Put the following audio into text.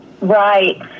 Right